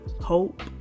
hope